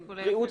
בריאות,